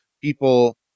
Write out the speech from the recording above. People